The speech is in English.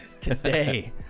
Today